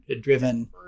driven